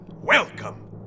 welcome